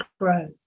grow